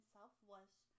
Southwest